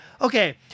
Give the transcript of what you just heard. okay